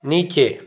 नीचे